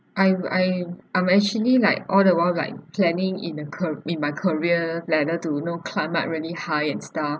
I'm I'm I'm actually like all the while like planning in the car~ in my career ladder to know climb up really high and stuff